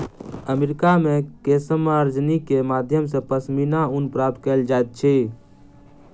America मे केशमार्जनी के माध्यम सॅ पश्मीना ऊन प्राप्त कयल जाइत अछि